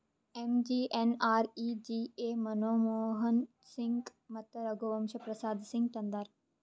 MGNREGA Manmohan Singh ಮತ್ತ ರಘುವಂಶ ಪ್ರಸಾದ್ ಸಿಂಗ್ ತಂದಾರ್